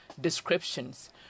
descriptions